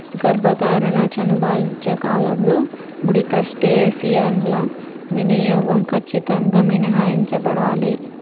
గర్భధారణ, చనుబాలిచ్చే కాలంలో ముడి క్రస్టేసియన్ల వినియోగం ఖచ్చితంగా మినహాయించబడాలి